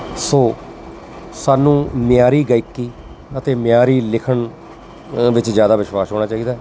ਸੋ ਸਾਨੂੰ ਮਿਆਰੀ ਗਾਇਕੀ ਅਤੇ ਮਿਆਰੀ ਲਿਖਣ ਵਿੱਚ ਜ਼ਿਆਦਾ ਵਿਸ਼ਵਾਸ ਹੋਣਾ ਚਾਹੀਦਾ